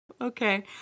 Okay